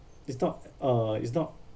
it's not uh it's not